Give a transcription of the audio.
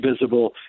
visible